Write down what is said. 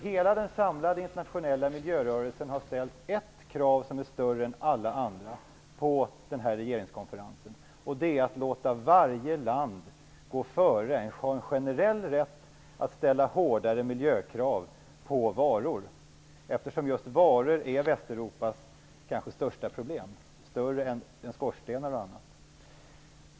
Hela den samlade internationella miljörörelsen har ställt ett krav som är större än alla andra på regeringskonferensen, nämligen att man skall låta varje land gå före, dvs. att ha en generell rätt att ställa hårdare miljökrav på varor, eftersom just varor är Västeuropas kanske största problem, större än skorstenar och annat.